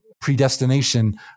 predestination